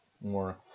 more